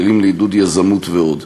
כלים לעידוד יזמות ועוד.